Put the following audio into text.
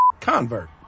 convert